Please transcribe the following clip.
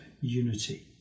unity